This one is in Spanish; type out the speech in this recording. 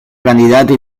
candidata